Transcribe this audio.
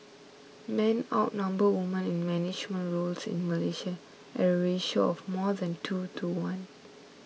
men outnumber women in management roles in Malaysia at a ratio of more than two to one